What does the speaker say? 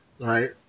right